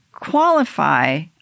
Qualify